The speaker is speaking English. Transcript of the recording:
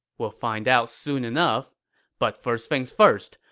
we'll find out soon enough but first things first.